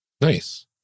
Nice